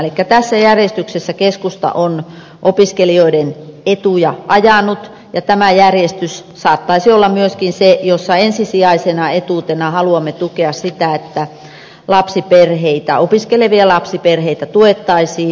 elikkä tässä järjestyksessä keskusta on opiskelijoiden etuja ajanut ja tämä järjestys saattaisi olla myöskin se jossa ensisijaisena etuutena haluamme tukea sitä että opiskelevia lapsiperheitä tuettaisiin